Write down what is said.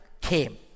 came